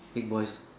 Haig Boys'